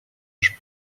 już